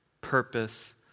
purpose